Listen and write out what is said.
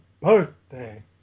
birthday